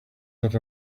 that